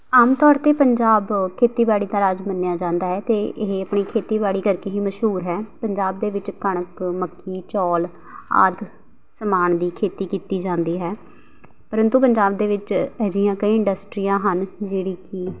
ਆਮ ਤੌਰ 'ਤੇ ਪੰਜਾਬ ਖੇਤੀਬਾੜੀ ਦਾ ਰਾਜ ਮੰਨਿਆ ਜਾਂਦਾ ਹੈ ਅਤੇ ਇਹ ਆਪਣੀ ਖੇਤੀਬਾੜੀ ਕਰਕੇ ਹੀ ਮਸ਼ਹੂਰ ਹੈ ਪੰਜਾਬ ਦੇ ਵਿੱਚ ਕਣਕ ਮੱਕੀ ਚੌਲ ਆਦਿ ਸਮਾਨ ਦੀ ਖੇਤੀ ਕੀਤੀ ਜਾਂਦੀ ਹੈ ਪਰੰਤੂ ਪੰਜਾਬ ਦੇ ਵਿੱਚ ਅਜਿਹੀਆਂ ਕਈ ਇੰਡਸਟਰੀਆਂ ਹਨ ਜਿਹੜੀ ਕਿ